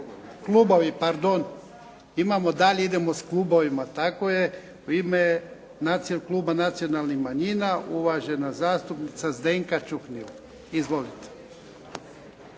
raspravom. Idemo dalje, idemo s klubovima. U kluba nacionalnih manjina, uvažena zastupnica Zdenka Čuhnil. Izvolite.